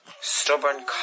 stubborn